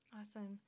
Awesome